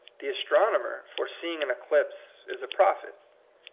the astronomer foreseeing an eclipse is a prophet.